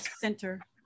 center